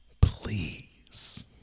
Please